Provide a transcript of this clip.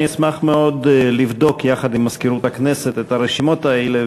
אני אשמח מאוד לבדוק יחד עם מזכירות הכנסת את הרשימות האלה,